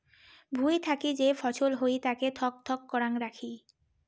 ভুঁই থাকি যে ফছল হই তাকে থক থক করাং রাখি